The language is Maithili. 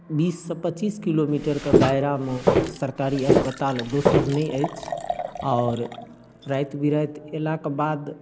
बीससँ पचीस किलोमीटरके दायरामे सरकारी अस्पताल दोसर नहि अछि आओर राति बिराति अएलाके बाद